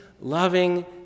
loving